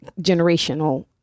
generational